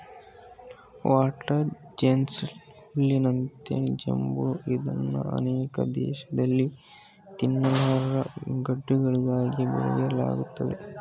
water chestnut ಹುಲ್ಲಿನಂತ ಜಂಬು ಇದ್ನ ಅನೇಕ ದೇಶ್ದಲ್ಲಿ ತಿನ್ನಲರ್ಹ ಗಡ್ಡೆಗಳಿಗಾಗಿ ಬೆಳೆಯಲಾಗ್ತದೆ